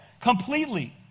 completely